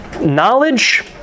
knowledge